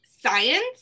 science